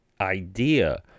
idea